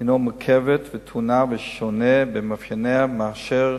הינה מורכבת וטעונה ושונה במאפייניה משכול